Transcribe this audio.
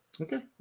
Okay